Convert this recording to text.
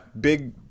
big